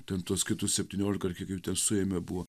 ten tuos kitų septyniolika ar kiek jų ten suėmė buvo